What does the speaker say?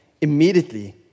immediately